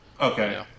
Okay